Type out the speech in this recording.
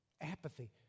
Apathy